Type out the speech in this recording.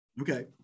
Okay